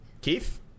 Keith